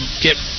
get